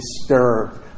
disturbed